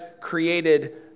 created